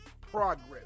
progress